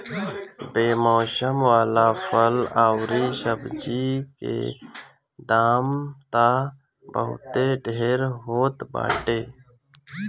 बेमौसम वाला फल अउरी सब्जी के दाम तअ बहुते ढेर होत बाटे